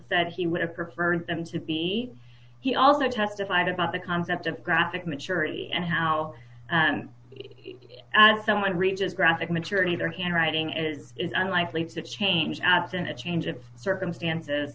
that he would have preferred them to be he also testified about the concept of graphic maturity and how someone reaches graphic maturity their handwriting is is unlikely to change absent a change of circumstances